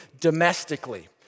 domestically